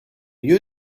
you